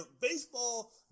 Baseball